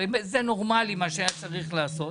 הרי זה נורמלי, מה שהיה צריך לעשות.